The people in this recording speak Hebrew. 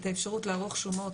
את האפשרות לערוך שומות.